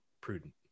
prudent